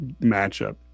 matchup